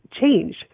change